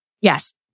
yes